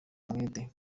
umwete